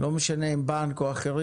לא משנה אם בנק או אחרים,